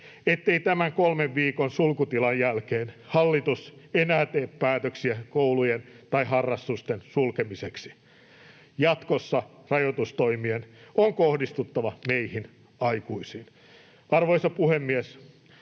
tämän kolmen viikon sulkutilan jälkeen enää tee päätöksiä koulujen tai harrastusten sulkemiseksi. Jatkossa rajoitustoimien on kohdistuttava meihin aikuisiin. Arvoisa puhemies!